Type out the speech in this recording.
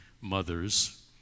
mothers